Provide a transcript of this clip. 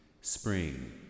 spring